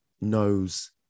knows